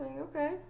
Okay